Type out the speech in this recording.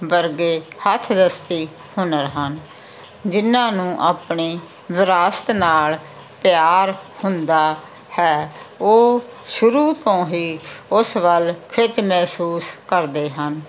ਵਰਗੇ ਹੱਥ ਰੱਸੀ ਹੁਨਰ ਹਨ ਜਿਹਨਾਂ ਨੂੰ ਆਪਣੀ ਵਿਰਾਸਤ ਨਾਲ ਪਿਆਰ ਹੁੰਦਾ ਹੈ ਉਹ ਸ਼ੁਰੂ ਤੋਂ ਹੀ ਉਸ ਵੱਲ ਖਿੱਚ ਮਹਿਸੂਸ ਕਰਦੇ ਹਨ